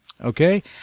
okay